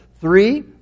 Three